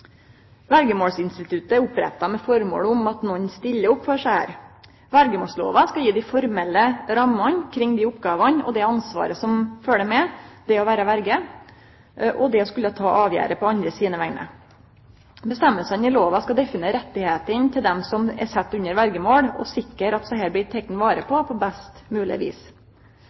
Verjemålsinstituttet er oppretta med føremål om at nokon stiller opp for desse. Verjemålslova skal gje dei formelle rammene kring dei oppgåvene og det ansvaret som følgjer med det å vere verje, det å skulle ta avgjerder på andre sine vegner. Føresegnene i lova skal definere rettane til dei som er sette under verjemål, og sikre at desse blir tekne vare på på best mogleg vis.